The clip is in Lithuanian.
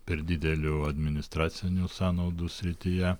per didelių administracinių sąnaudų srityje